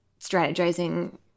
strategizing